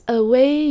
away